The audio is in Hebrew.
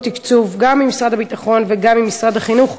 תקציב גם ממשרד הביטחון וגם ממשרד החינוך,